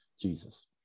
Jesus